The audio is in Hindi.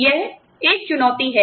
यह एक चुनौती है